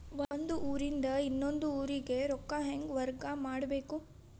ಒಂದ್ ಊರಿಂದ ಇನ್ನೊಂದ ಊರಿಗೆ ರೊಕ್ಕಾ ಹೆಂಗ್ ವರ್ಗಾ ಮಾಡ್ಬೇಕು?